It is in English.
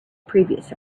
previous